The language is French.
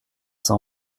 cent